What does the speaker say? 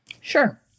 Sure